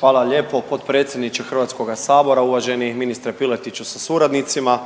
Hvala lijepo potpredsjedniče HS, uvaženi ministre Piletiću sa suradnicima.